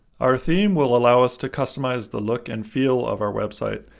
our theme will allow us to customize the look and feel of our website,